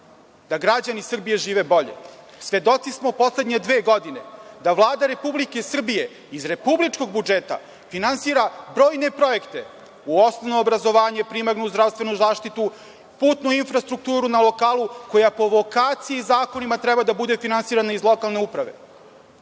da građani Srbije žive bolje. Svedoci smo poslednje dve godine da Vlada Republike Srbije iz republičkog budžeta finansira brojne projekte u osnovno obrazovanje, primarnu zdravstvenu zaštitu, putnu infrastrukturu na lokalu koja po vokaciji, zakonima treba da bude finansirana iz lokalne uprave. Dame